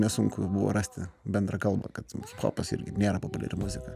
nesunku buvo rasti bendrą kalbą kad hip hopas irgi nėra populiari muzika